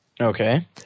Okay